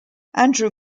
andrew